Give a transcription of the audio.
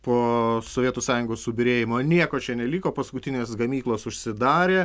po sovietų sąjungos subyrėjimo nieko čia neliko paskutinės gamyklos užsidarė